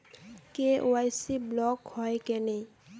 KYC block হয় কেনে?